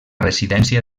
residència